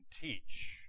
teach